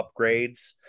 upgrades